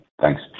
Thanks